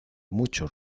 muchos